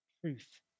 truth